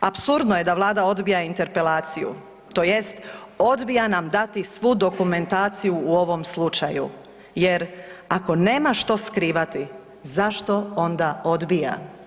Apsurdno je da Vlada odbija interpelaciju tj. odbija nam dati svu dokumentaciju u ovom slučaju jer ako nema što skrivati zašto onda odbija?